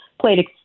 played